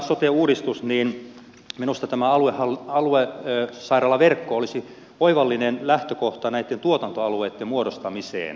tulevassa sote uudistuksessa minusta tämä aluesairaalaverkko olisi oivallinen lähtökohta näitten tuotantoalueitten muodostamiseen